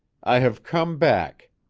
i hev come back.